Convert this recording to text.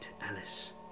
Alice